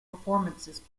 performances